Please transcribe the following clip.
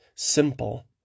Simple